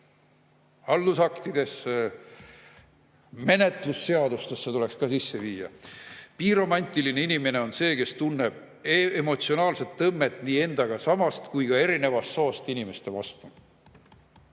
haldusaktidesse, menetlusseadustesse tuleks see ka sisse viia. Biromantiline inimene on see, "kes tunneb emotsionaalset tõmmet nii endaga samast kui ka erinevast soost inimeste vastu".